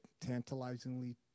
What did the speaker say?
tantalizingly